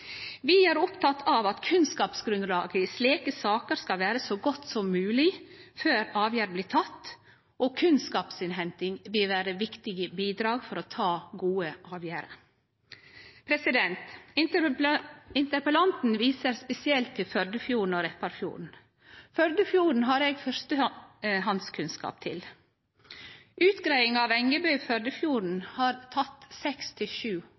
Vi er opptekne av at kunnskapsgrunnlaget i slike saker skal vere så godt som mogleg før avgjerd blir teke, og kunnskapsinnhenting vil vere viktige bidrag for å ta gode avgjerder. Interpellanten viser spesielt til Førdefjorden og Repparfjorden. Førdefjorden har eg førstehandskunnskap til. Utgreiinga av Engebø i Førdefjorden